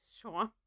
sure